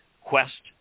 quest